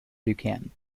buchan